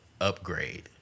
upgrade